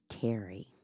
Terry